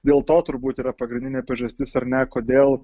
dėl to turbūt yra pagrindinė priežastis ar ne kodėl